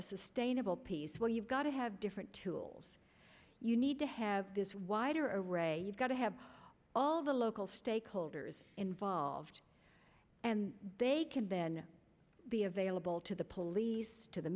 a sustainable peace where you've got to have different tools you need to have this wider array you've got to have all the local stakeholders involved and they can then be available to the police to the